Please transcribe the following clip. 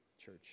church